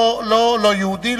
לא יהודי,